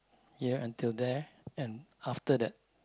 here until there and after the